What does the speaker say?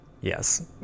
Yes